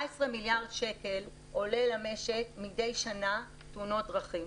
14 מיליארד שקלים עולה למשק מדי שנה תאונות דרכים.